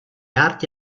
arti